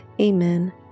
Amen